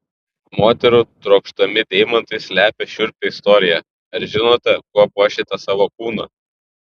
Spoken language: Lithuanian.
moterų trokštami deimantai slepia šiurpią istoriją ar žinote kuo puošiate savo kūną